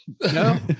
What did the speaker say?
No